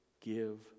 give